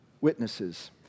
witnesses